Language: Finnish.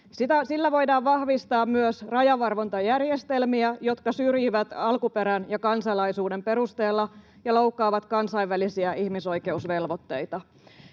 Sillä voidaan vahvistaa myös rajavalvontajärjestelmiä, jotka syrjivät alkuperän ja kansalaisuuden perusteella ja loukkaavat kansainvälisiä ihmisoikeusvelvoitteita.